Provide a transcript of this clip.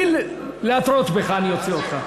בלי להתרות בך אני אוציא אותך.